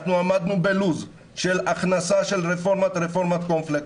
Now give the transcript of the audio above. אנחנו עמדנו בלו"ז של הכנסה של רפורמת קורנפלקס,